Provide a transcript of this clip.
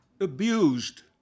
abused